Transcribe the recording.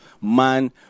man